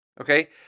Okay